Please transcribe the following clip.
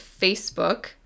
Facebook